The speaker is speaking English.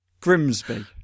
Grimsby